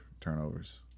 turnovers